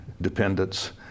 dependence